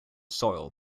soil